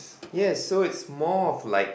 yes so it's more of like